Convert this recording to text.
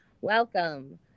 welcome